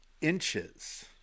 inches